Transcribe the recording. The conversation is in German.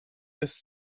ist